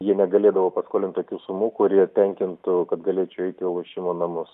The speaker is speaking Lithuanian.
jie negalėdavo paskolint tokių sumų kurie tenkintų kad galėčiau eiti į lošimo namus